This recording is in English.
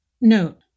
Note